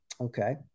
Okay